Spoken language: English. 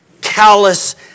callous